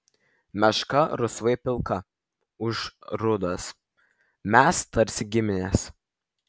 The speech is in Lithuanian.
meška rusvai pilka ūš rudas mes tarsi giminės